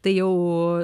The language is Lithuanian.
tai jau